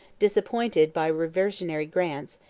disappointed by reversionary grants,